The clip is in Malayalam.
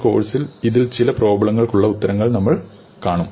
ഈ കോഴ്സിൽ ഇതിൽ ചില പ്രോബ്ളങ്ങൾക്കുള്ള ഉത്തരങ്ങൾ നമ്മൾ കാണും